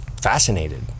fascinated